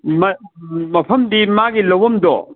ꯃꯐꯝꯗꯤ ꯃꯥꯒꯤ ꯂꯧꯕꯝꯗꯣ